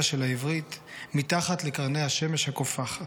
של העברית / מתחת לקרני השמש הקופחת.